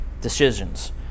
decisions